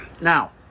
Now